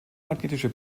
magnetische